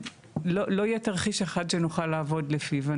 לא יהיה תרחיש אחד שנוכל לעבוד לפיו.